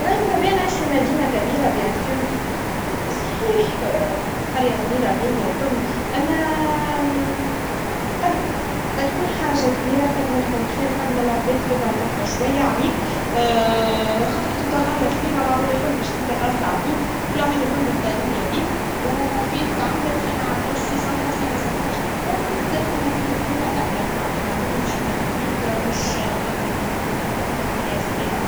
راهي ماذا بيا نعيش في مدينا كبيرا بكل تأكيد, صحيح قريا صغيرا باهيا والكل, أما قد- بتكون حاجا كبيرا قد ما تكون خير. قد ما العباد تبعد هكا شويا عليك, خااطر كاتبدا قريا صغيرا, العباد الكل باش تبدا تعصي عليك, والعباد الكل يبدا راهيا بيك, و في- في عملت وفي معملتش, في صلحت في مصلحتش, لذلك تبدا في مدينا كبير أبرك معناها باللي باش يترهو بيك, مش قد المدي- بش قد القريا الصغيرا.